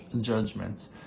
judgments